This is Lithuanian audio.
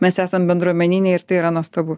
mes esam bendruomeniniai ir tai yra nuostabu